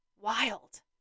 wild